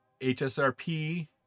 HSRP